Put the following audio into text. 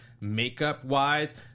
makeup-wise